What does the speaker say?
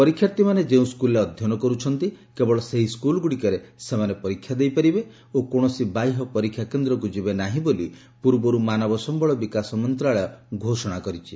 ପରୀକ୍ଷାର୍ଥୀମାନେ ଯେଉଁ ସ୍କୁଲ୍ରେ ଅଧ୍ୟୟନ କରୁଛନ୍ତି କେବଳ ସେହି ସ୍କୁଲ୍ଗୁଡ଼ିକରେ ସେମାନେ ପରୀକ୍ଷା ଦେଇପାରିବେ ଓ କୌଣସି ବାହ୍ୟ ପରୀକ୍ଷା କେନ୍ଦ୍ରକୁ ଯିବେ ନାହିଁ ବୋଲି ପୂର୍ବରୁ ମାନବ ସମ୍ଭଳ ବିକାଶ ମନ୍ତ୍ରଣାଳୟ ଘୋଷଣା କରିସାରିଛି